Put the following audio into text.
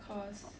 cause